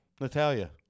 Natalia